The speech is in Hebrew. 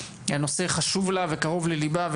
הנושא חשוב לה וקרוב לליבה,